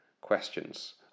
questions